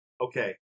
Okay